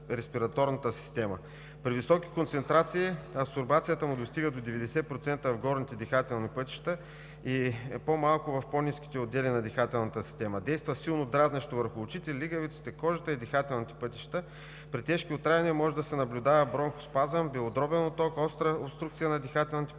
При високи концентрации абсорбцията му достига до 90% в горните дихателни пътища, по-малко в ниските отдели на дихателната система, действа силно дразнещо върху очите, лигавицата, кожата и дихателните пътища. При тежки отравяния може да се наблюдава бронхоспазъм, белодробен оток, остра обструкция на дихателните пътища